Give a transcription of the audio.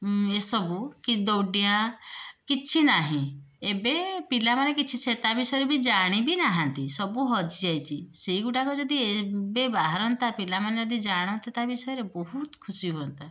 ଏ ସବୁ କି ଦୌଡ଼ି ଡିଆଁ କିଛି ନାହିଁ ଏବେ ପିଲାମାନେ କିଛି ତା ବିଷୟରେ ବି ଜାଣି ବି ନାହାଁନ୍ତି ସବୁ ହଜି ଯାଇଛି ସେହିଗୁଡ଼ାକ ଯଦି ଏବେ ବାହାରନ୍ତା ପିଲାମାନେ ଯଦି ଜାଣନ୍ତେ ତା ବିଷୟରେ ବହୁତ ଖୁସି ହୁଅନ୍ତେ